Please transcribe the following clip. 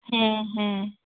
ᱦᱮᱸ ᱦᱮᱸ